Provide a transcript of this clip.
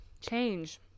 change